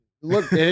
Look